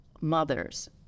mothers